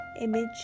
image